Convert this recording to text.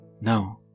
No